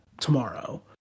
tomorrow